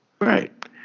Right